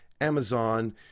Amazon